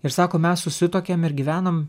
ir sako mes susituokėm ir gyvenam